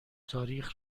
تاریخ